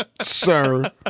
Sir